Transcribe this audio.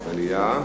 מליאה.